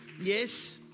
Yes